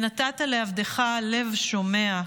"ונתת לעבדך לב שמע".